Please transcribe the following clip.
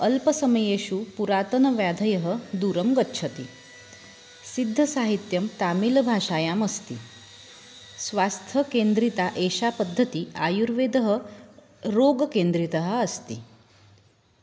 अल्पसमयेषु पुरातनव्याधयः दूरं गच्छन्ति सिद्धसाहित्यं तामिलभाषायाम् अस्ति स्वास्थ्यकेन्द्रिता एषा पद्धतिः आयुर्वेदः रोगकेन्द्रितः अस्ति